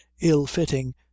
ill-fitting